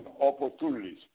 opportunities